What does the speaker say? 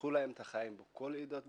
שחשכו להם את החיים, בכל העדות,